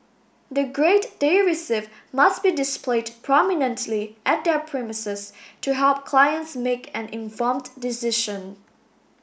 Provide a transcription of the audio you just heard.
the grade they receive must be displayed prominently at their premises to help clients make an informed decision